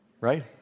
right